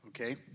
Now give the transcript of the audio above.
Okay